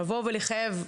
לבוא ולחייב,